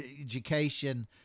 education